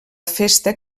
festa